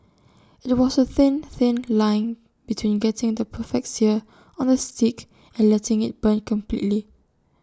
IT was A thin thin line between getting the perfect sear on the steak and letting IT burn completely